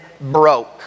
broke